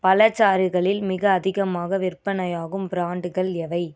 பழச்சாறுகளில் மிக அதிகமாக விற்பனையாகும் ப்ராண்ட்டுகள் எவை